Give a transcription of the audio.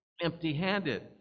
empty-handed